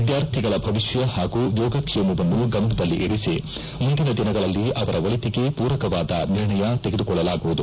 ವಿದ್ದಾರ್ಥಿಗಳ ಭವಿಷ್ಣ ಹಾಗೂ ಯೋಗಕ್ಷೇಮವನ್ನು ಗಮನದಲ್ಲಿರಿಸಿ ಮುಂದಿನ ದಿನಗಳಲ್ಲಿ ಅವರ ಒಳಿತಿಗೆ ಪೂರಕವಾದ ನಿರ್ಣಯ ತೆಗೆದುಕೊಳ್ಳಲಾಗುವುದು